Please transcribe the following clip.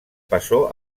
pasó